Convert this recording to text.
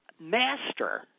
master